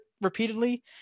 repeatedly